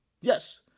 Yes